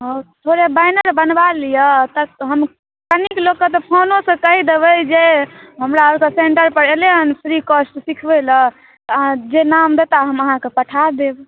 थोड़े बैनर बनबा लीअऽ तऽ हम कनीक लोककेँ तऽ फोनोसँ कहि देबए जे हमरा आरके सेंटर पर एलए हँ फ्री कॉस्ट सीखबए लऽ अहाँ जे नाम देता हम अहाँकेँ पठा देब